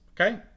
okay